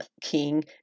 King